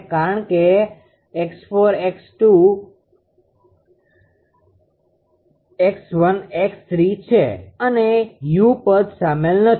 કારણ કે 𝑥1 𝑥2 𝑥3 𝑥4 છે અને u પદ સામેલ નથી